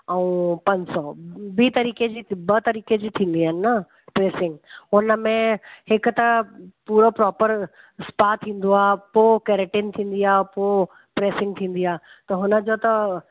ऐं पंज सौ ॿी तरीक़े जी ॿ तरीक़े जी थींदियूं आहिनि न प्रेसिंग हुन में हिकु त पूरो प्रॉपर स्पा थींदो आहे पोइ कैरेटीन थींदी आहे पोइ प्रेसिंग थींदी आहे त हुन जो त